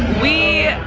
we.